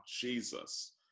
Jesus